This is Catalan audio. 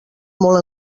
molt